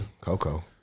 Coco